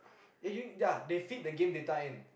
then you ya they feed the game data in